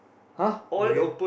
!huh! okay